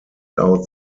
out